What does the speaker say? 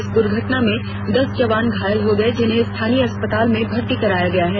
इस दुर्घटना में दस जवान घायल हो गए जिन्हें स्थानीय अस्पताल में भर्ती कराया गया है